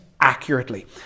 accurately